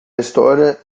história